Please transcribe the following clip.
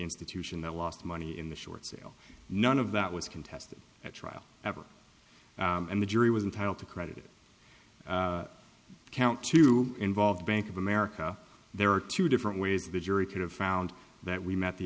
institution that lost money in the short sale none of that was contested at trial ever and the jury was entitle to credit count two involved bank of america there are two different ways the jury could have found that we met the